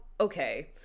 okay